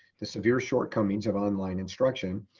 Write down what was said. the severe shortcomings of online instruction,